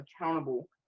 accountable